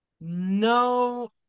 No